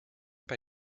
bei